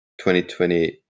2020